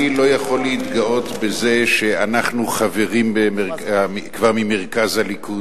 אני לא יכול להתגאות בזה שאנחנו חברים כבר ממרכז הליכוד,